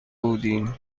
بودیم